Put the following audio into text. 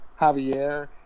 Javier